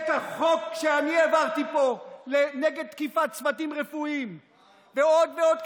את החוק שאני העברתי פה נגד תקיפת צוותים רפואיים ועוד ועוד,